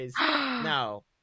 No